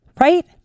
right